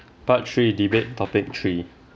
part three debate topic three